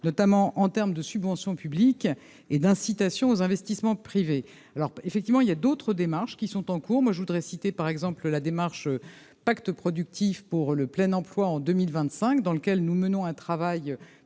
notamment en terme de subvention publique et d'incitation aux investissements privés alors effectivement il y a d'autres démarches qui sont en cours, moi je voudrais citer par exemple la démarche pacte productif pour le plein emploi en 2025 dans lequel nous menons un travail